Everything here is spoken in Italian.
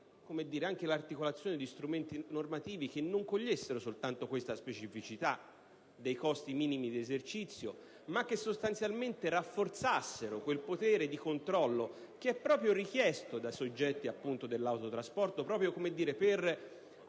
anche una articolazione di strumenti normativi che non cogliessero soltanto la specificità dei costi minimi di esercizio ma che sostanzialmente rafforzassero quel potere di controllo che è richiesto proprio dai soggetti dell'autotrasporto per